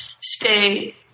stay